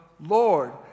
Lord